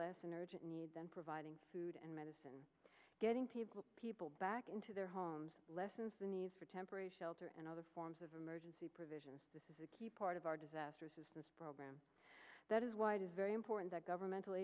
less an urgent need then providing food and medicine getting people back into their homes lessens the need for temporary shelter and other forms of emergency provisions this is a key part of our disaster assistance program that is why it is very important that governmental